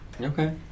okay